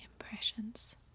Impressions